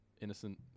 Innocent